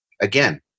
Again